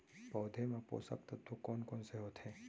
पौधे मा पोसक तत्व कोन कोन से होथे?